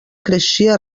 creixia